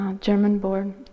German-born